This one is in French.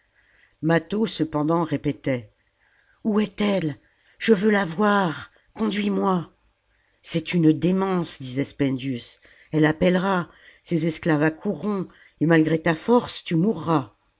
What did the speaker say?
mâtho cependant répétait où est-elle je veux la voir conduis-moi c'est une démence disait spendius elle appellera ses esclaves accourront et malgré ta force tu mourras